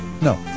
No